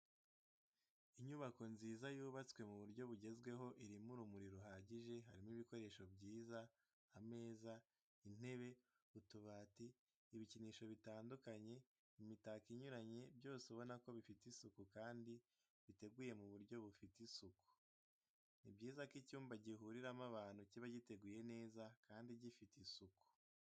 Inyubako nziza yubatswe mu buryo bugezweho irimo urumuri ruhagije, harimo ibikoresho byiza, ameza, intebe, utubati, ibikinisho bitandukanye, imitako inyuranye byose ubona ko bifite isuku kandi biteguye mu buryo bufite isuku. Ni byiza ko icyumba gihuriramo abantu kiba giteguye neza kandi gifite isuku.